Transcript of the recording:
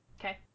Okay